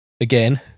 Again